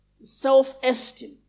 self-esteem